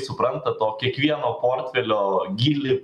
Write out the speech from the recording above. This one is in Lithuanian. supranta to kiekvieno portfelio gylį